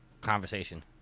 conversation